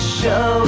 show